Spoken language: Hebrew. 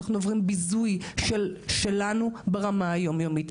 אנחנו עוברים ביזוי שלנו ברמה היומיומית,